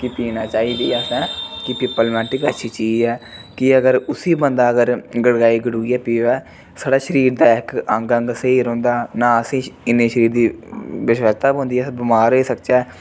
कि पीने चाहिदी असें कि पेपलेमेंट बी अच्छी चीज़ ऐ कि अगर उसी बंदा अगर गड़काई गुड़कुइयै पिवै साढ़े शरीर दा इक अंग अंग स्हेई रौंह्दा ना असेंगी इन्ने शरीर दी विसवस्था पौंदी ऐ कि बमार होई सकचै